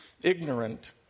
ignorant